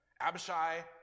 Abishai